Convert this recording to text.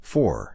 Four